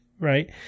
right